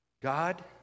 God